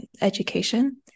education